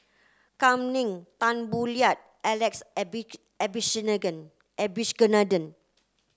Kam Ning Tan Boo Liat Alex Abisheganaden